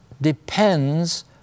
depends